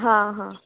हां हां